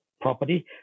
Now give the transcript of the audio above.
property